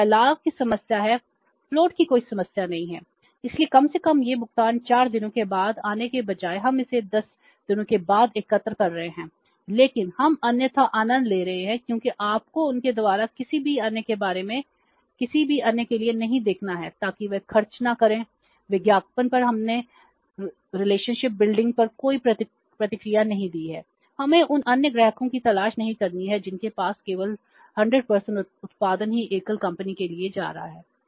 तो फैलाव की समस्या है फ्लोट पर कोई प्रतिक्रिया नहीं दी है हमें उन अन्य ग्राहकों की तलाश नहीं करनी है जिनके पास केवल 100 उत्पादन ही एकल कंपनी के लिए जा रहा है